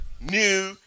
new